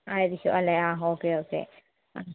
ആയിരിക്കും അല്ലേ ആ ഓക്കെ ഓക്കെ ആ